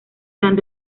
san